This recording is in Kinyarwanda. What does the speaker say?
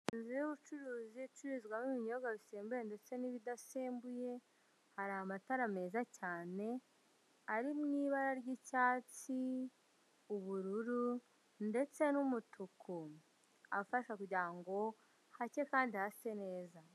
Inzu y'ubucuruzi icururizzwamo ibinyobwa bisembuye ndetse n'ib'ibadesmbuye hari amatara meza cyane ari mu ibara ry'icyatsi, ubururu ndetse n'umutuku afasha kugira ngo hacye kandi hase neza.